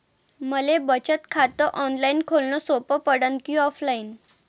मले बचत खात ऑनलाईन खोलन सोपं पडन की ऑफलाईन?